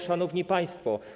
Szanowni Państwo!